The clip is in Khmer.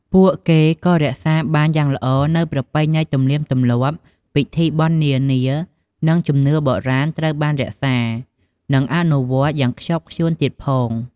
ពួកគេក៏រក្សាបានយ៉ាងល្អនូវ ប្រពៃណីទំនៀមទម្លាប់ ពិធីបុណ្យនានា និងជំនឿបុរាណត្រូវបានរក្សា និងអនុវត្តយ៉ាងខ្ជាប់ខ្ជួនទៀតផង។